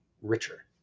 richer